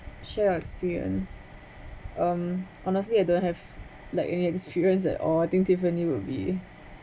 share your experience um honestly I don't have like any experience at all I think tiffany would be